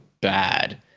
bad